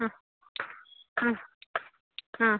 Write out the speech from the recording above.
ಹಾಂ ಹಾಂ ಹಾಂ